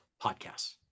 podcasts